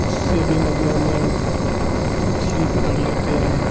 उससे भी नदियों में मछली पकड़ लेते हैं